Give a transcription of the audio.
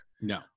No